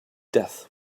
death